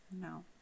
No